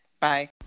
Bye